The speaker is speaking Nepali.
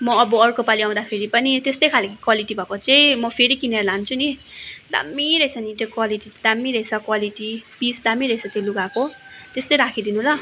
म अब अर्कोपालि आउँदाखेरि पनि त्यस्तै खालको क्वालिटी भएको चाहिँ म फेरि किनेर लान्छु नि दामी रहेछ नि त्यो क्वालिटी दामी रहेछ क्वालिटी पिस दामी रहेछ त्यो लुगाको त्यस्तै राखिदिनु ल